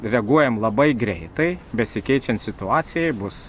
reaguojam labai greitai besikeičiant situacijai bus